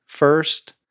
First